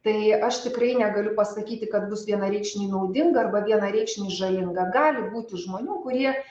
tai aš tikrai negaliu pasakyti kad bus vienareikšmiai naudinga arba vienareikšmiai žalinga gali būti žmonių kurie